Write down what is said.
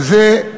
וזה,